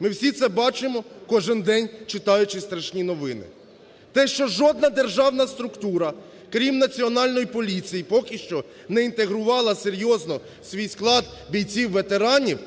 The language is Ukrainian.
Ми всі це бачимо, кожен день читаючи страшні новини. Те, що жодна державна структура, крім Національної поліції поки що не інтегрувала серйозно в свій склад бійців-ветеранів.